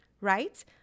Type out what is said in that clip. right